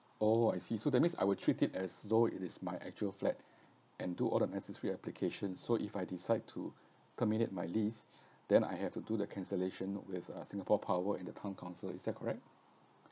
oh I see so that means I would treat it as slow it is my actual flat and do all the necessary application so if I decide to terminate my list then I have to do the cancellation with uh singapore power in the town council is that correct